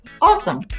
awesome